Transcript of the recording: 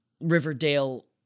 Riverdale